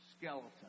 skeleton